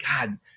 God